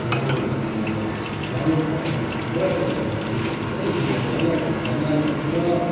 राम्रो हुन्छ तिमीलाई राम्रो फ बढेर जान्छ होइन एकदमै खुसी लाग्यो भाइ ल त हामी धन्यवाद थ्याङ्क्यु ल